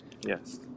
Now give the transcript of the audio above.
Yes